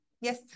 Yes